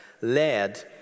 led